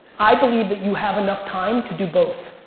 i believe that you have enough time to do both.